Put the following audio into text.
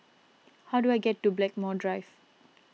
how do I get to Blackmore Drive